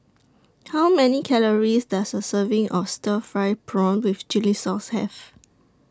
How Many Calories Does A Serving of Stir Fried Prawn with Chili Sauce Have